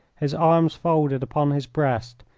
his arms folded upon his breast,